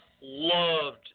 loved